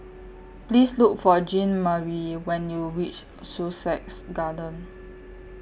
Please Look For Jeanmarie when YOU REACH Sussex Garden